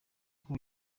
uko